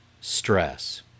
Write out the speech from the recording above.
stress